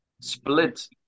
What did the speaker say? split